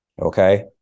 Okay